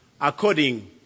according